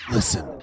Listen